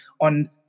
on